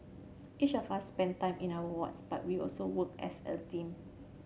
each of us spend time in our wards but we also work as a team